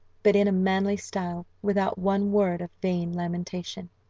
but in a manly style, without one word of vain lamentation.